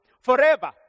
forever